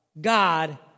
God